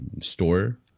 store